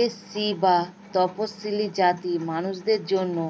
SC বা তফশিলী জাতির মানুষদের জন্যে